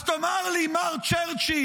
אז תאמר לי, מר צ'רצ'יל,